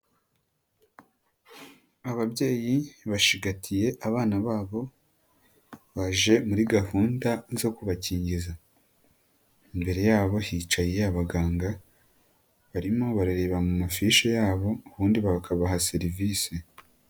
Ababyeyi bashigatiye abana babo, baje muri gahunda zo kubakingiza. Imbere yabo hicaye abaganga, barimo barareba mu mafishi yabo ubundi bakabaha serivisi.